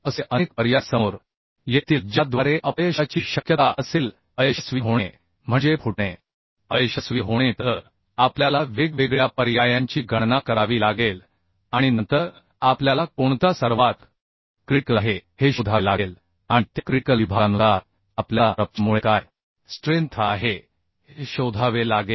असे अनेक पर्याय समोर येतील ज्याद्वारे अपयशाची शक्यता असेल अयशस्वी होणे म्हणजे फुटणे अयशस्वी होणे तर आपल्याला वेगवेगळ्या पर्यायांची गणना करावी लागेल आणि नंतर आपल्याला कोणता सर्वातक्रिटिकल आहे हे शोधावे लागेल आणि त्या क्रिटिकल विभागानुसार आपल्याला रप्चर मुळे काय स्ट्रेंथ आहे हे शोधावे लागेल